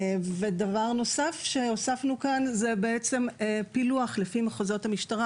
דבר נוסף שהוספנו כאן זה פילוח לפי מחוזות המשטרה